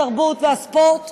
התרבות והספורט,